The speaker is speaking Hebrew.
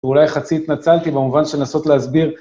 ואולי חצי התנצלתי במובן של לנסות להסביר.